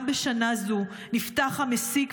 גם בשנה זו נפתח המסיק,